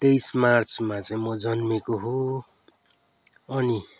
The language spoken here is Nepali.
तेइस मार्चमा चाहिँ म जन्मिएको हो अनि